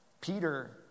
Peter